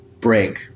break